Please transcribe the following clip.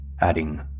adding